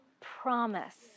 promise